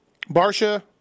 Barsha